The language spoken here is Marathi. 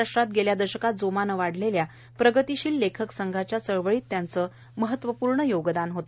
महाराष्ट्रात गेल्या दशकात जोमाने वाढलेल्या प्रगतिशील लेखक संघाच्या चळवळीत त्यांचे महत्वपूर्ण योगदान होते